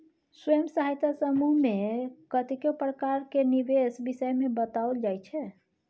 स्वयं सहायता समूह मे कतेको प्रकार केर निबेश विषय मे बताओल जाइ छै